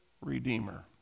redeemer